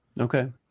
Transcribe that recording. Okay